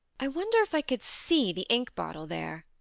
i wonder if i could see the ink-bottle there?